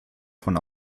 von